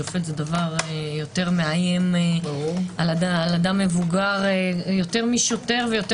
שופט זה דבר יותר מאיים על אדם מבוגר יותר משוטר.